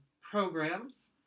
programs